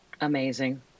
Amazing